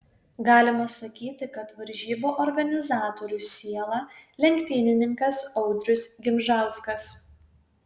galima sakyti kad varžybų organizatorių siela lenktynininkas audrius gimžauskas